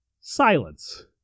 silence